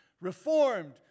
reformed